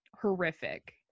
horrific